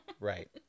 Right